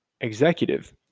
executive